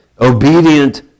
obedient